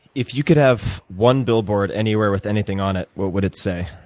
if you could have one billboard anywhere with anything on it, what would it say?